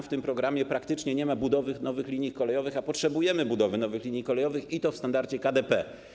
W tym programie praktycznie nie ma budowy nowych linii kolejowych, a potrzebujemy budowy nowych linii kolejowych, i to w standardzie KDP.